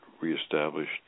reestablished